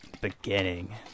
Beginning